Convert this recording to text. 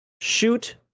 shoot